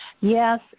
Yes